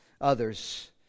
others